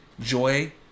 joy